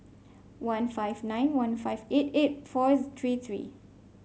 one five nine one five eight eight four three three